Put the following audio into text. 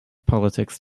politics